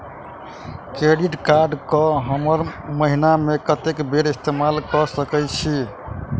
Credit card कऽ हम महीना मे कत्तेक बेर इस्तेमाल कऽ सकय छी?